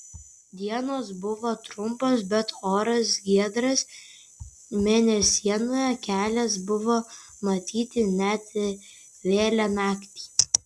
dienos buvo trumpos bet oras giedras mėnesienoje kelias buvo matyti net vėlią naktį